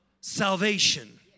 salvation